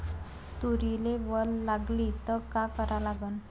तुरीले वल लागली त का करा लागन?